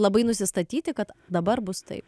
labai nusistatyti kad dabar bus taip